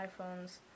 iPhones